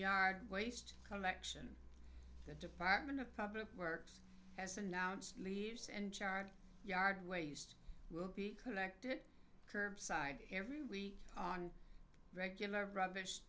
yard waste collection the department of public works has announced leaves and charred yard waste will be collected curbside every week on regular r